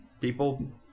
People